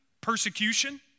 persecution